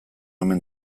omen